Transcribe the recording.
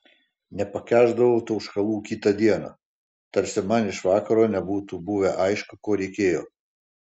nepakęsdavau tauškalų kitą dieną tarsi man iš vakaro nebūtų buvę aišku ko reikėjo